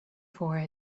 for